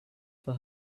for